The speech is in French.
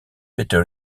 peter